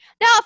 Now